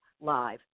live